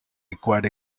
required